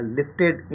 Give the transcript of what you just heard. lifted